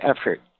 effort